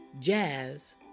jazz